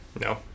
no